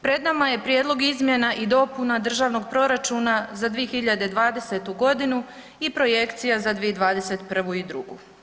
Pred nama je Prijedlog izmjena i dopuna Državnog proračuna za 2020. godinu i projekcija za 2021. i 2022.